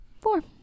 Four